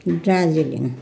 Darjeeling